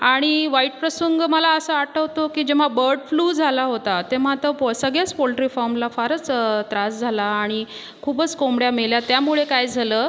आणि वाईट प्रसंग मला असा आठवतो की जेम्हा बर्ड फ्लू झाला होता तेम्हा तर पो सगळेच पोल्ट्रीफाॅमला फारच त्रास झाला आणि खूपच कोंबड्या मेल्या त्यामुळे काय झालं